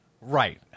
Right